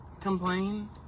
Complain